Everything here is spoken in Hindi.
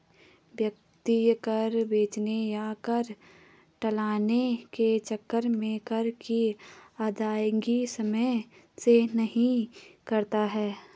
व्यक्ति कर बचाने या कर टालने के चक्कर में कर की अदायगी समय से नहीं करता है